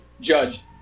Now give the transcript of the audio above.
judge